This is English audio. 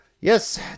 yes